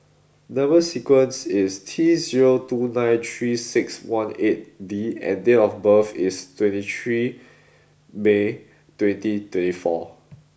number sequence is T zero two nine three six one eight D and date of birth is twenty three May twenty twenty four